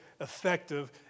effective